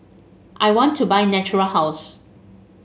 I want to buy Natura House